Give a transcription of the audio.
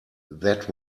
that